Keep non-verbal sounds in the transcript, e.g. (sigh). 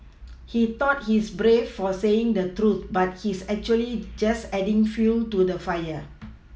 he thought he's brave for saying the truth but he's actually just adding fuel to the fire (noise)